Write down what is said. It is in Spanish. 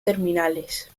terminales